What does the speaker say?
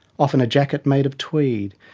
often a jacket made of tweed,